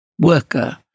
worker